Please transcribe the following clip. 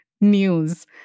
news